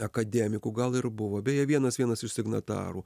akademikų gal ir buvo beje vienas vienas iš signatarų